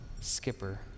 Skipper